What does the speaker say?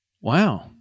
wow